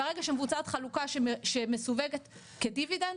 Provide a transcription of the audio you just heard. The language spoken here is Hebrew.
ברגע שמבוצעת חלוקה שמסווגת כדיבידנד